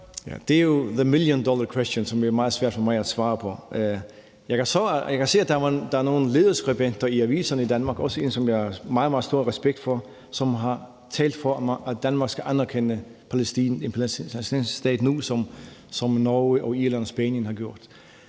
Det er jo the million dollar question, som det er meget svært for mig at svare på. Jeg kan se, at der er nogle lederskribenter i aviserne i Danmark, også en, som jeg har meget, meget stor respekt for, som har talt for, at Danmark nu skal anerkende en palæstinensisk stat, sådan som Norge, Irland og Spanien har gjort.